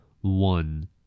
One